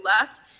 left